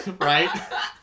Right